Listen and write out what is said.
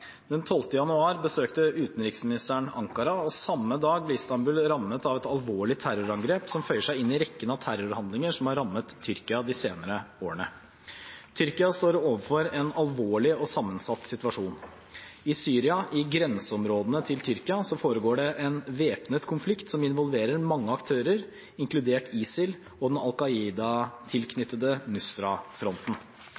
januar besøkte utenriksministeren Ankara. Samme dag ble Istanbul rammet av et alvorlig terrorangrep, som føyer seg inn i rekken av terrorhandlinger som har rammet Tyrkia de senere årene. Tyrkia står overfor en alvorlig og sammensatt situasjon. I Syria, i grenseområdene til Tyrkia, foregår det en væpnet konflikt som involverer mange aktører, inkludert ISIL og den